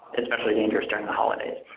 especially the interest during the holidays.